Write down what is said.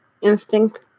instinct